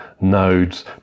nodes